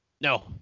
No